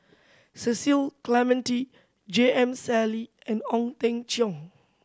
Cecil Clementi J M Sali and Ong Teng Cheong